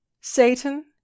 Satan